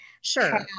sure